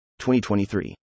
2023